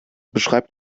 beschreibt